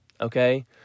Okay